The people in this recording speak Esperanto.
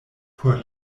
por